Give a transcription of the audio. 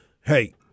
hey